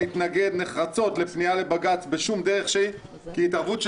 נתנגד נחרצות לפנייה לבג"ץ בשום דרך שהיא כי התערבות של